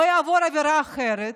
או יעבור עבירה אחרת,